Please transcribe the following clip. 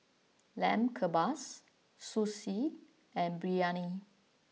Lamb Kebabs Sushi and Biryani